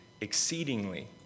exceedingly